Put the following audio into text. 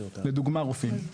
לדוגמא, רופאים.